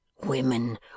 Women